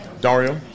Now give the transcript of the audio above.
Dario